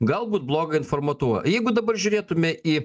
galbūt blogai informuotoja jeigu dabar žiūrėtume į